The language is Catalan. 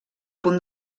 punt